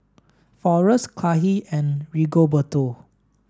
Forest Kahlil and Rigoberto